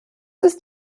ist